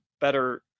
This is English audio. better